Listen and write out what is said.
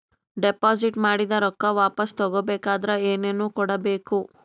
Deposit ಮಾಡಿದ ರೊಕ್ಕ ವಾಪಸ್ ತಗೊಬೇಕಾದ್ರ ಏನೇನು ಕೊಡಬೇಕು?